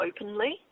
openly